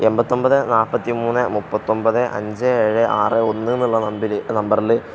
എൺപത്തി ഒൻപത് നാൽപ്പത്തി മൂന്ന് മുപ്പത്തി ഒൻപത് അഞ്ച് ഏഴ് ആറ് ഒന്ന് എന്നുള്ള നമ്പിൽ നമ്പറിൽ